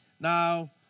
Now